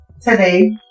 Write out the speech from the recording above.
today